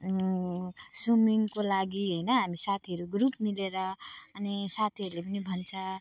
अनि स्विमिङको लागि होइन हामी साथीहरू ग्रुप मिलेर अनि साथीहरूले पनि भन्छ